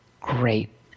Great